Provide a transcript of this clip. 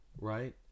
right